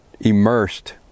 Immersed